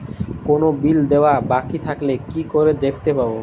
কোনো বিল দেওয়া বাকী থাকলে কি করে দেখতে পাবো?